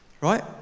right